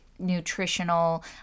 nutritional